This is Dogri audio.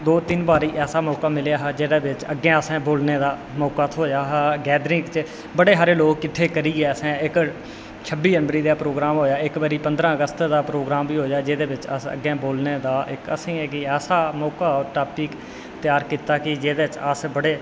दो तिन्न बारी ऐसा मौका मिलेआ हा जेह्दे बिच्च अग्गें असें बोलने दा मौका थ्होआ हा गैदरिंग च बड़े सारे लोग किट्ठे करियै असें इस छब्बी जनवरी दा प्रोग्राम होएआ इक बारी पंदरां अगस्त दा प्रोग्राम बी होएआ जेह्दे बिच्च असें अग्गें बोलने दा असें इक ऐसा मौका टापिक त्यार कीता कि जेह्दे च अस बड़े